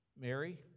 Mary